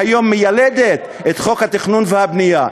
והיום מיילדת את חוק התכנון והבנייה.